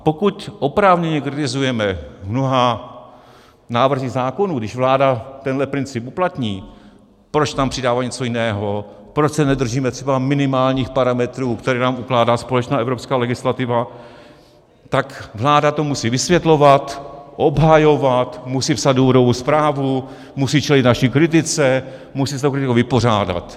Pokud oprávněně kritizujeme v mnoha návrzích zákonů, když vláda tento princip uplatní, proč tam přidává něco jiného, proč se nedržíme třeba minimálních parametrů, které nám ukládá společná evropská legislativa, tak vláda to musí vysvětlovat, obhajovat, musí psát důvodovou zprávu, musí čelit naší kritice, musí se s tou kritikou vypořádat.